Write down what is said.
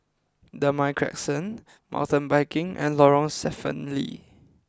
Damai Crescent Mountain Biking and Lorong Stephen Lee